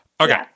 Okay